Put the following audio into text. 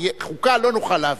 כי חוקה לא נוכל להביא,